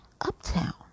Uptown